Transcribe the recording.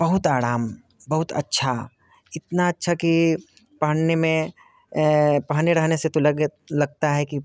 बहुत आराम बहुत अच्छा इतना अच्छा कि पहनने में पहने रहने से तो लग लगता है कि